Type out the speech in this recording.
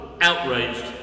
outraged